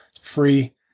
free